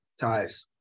Ties